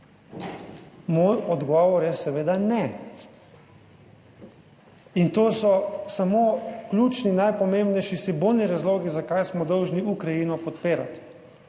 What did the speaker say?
Moj odgovor je seveda ne. In to so samo ključni, najpomembnejši simbolni razlogi, zakaj smo dolžni Ukrajino podpirati.